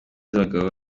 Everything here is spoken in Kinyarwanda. z’abagabo